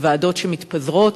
וועדות שמתפזרות,